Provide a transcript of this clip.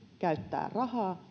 käyttää rahaa